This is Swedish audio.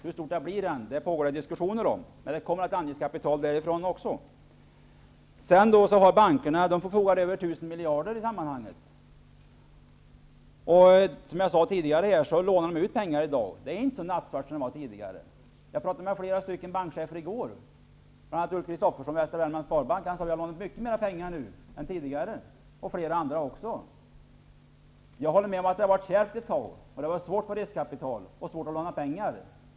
Hur stort anslaget blir pågår det nu diskussioner om. Men det kommer att anvisas kapital därifrån också. Bankerna förfogar över 1 000 miljarder i sammanhanget. Som jag sade tidigare lånar de ut pengar i dag. Det är inte lika nattsvart som det har varit tidigare. Jag talade med flera bankchefer i går, bl.a. chefen för Västra Värmlands sparbank, som sade att banken lånar ut mycket mer nu än tidigare. Jag håller med om att det har varit kärvt ett tag och att det har varit svårt att få riskkapital och svårt att låna pengar.